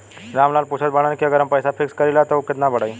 राम लाल पूछत बड़न की अगर हम पैसा फिक्स करीला त ऊ कितना बड़ी?